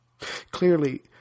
Clearly